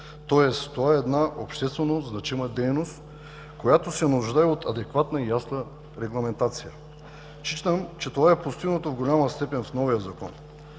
Тоест това е една обществено значима дейност, която се нуждае от адекватна и ясна регламентация. Считам, че това е постигнато в голяма степен в новия Закон.